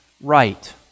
right